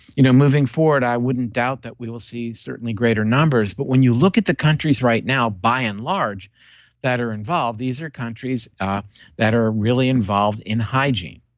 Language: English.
you know moving forward, i wouldn't doubt that we will see certainly greater numbers, but when you look at the countries right now by and large that are involved these are countries ah that are really involved in hygiene